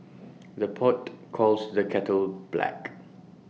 the pot calls the kettle black